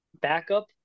backup